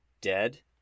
dead